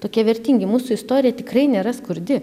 tokie vertingi mūsų istorija tikrai nėra skurdi